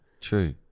True